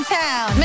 town